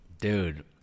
dude